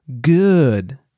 good